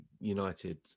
United